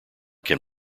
can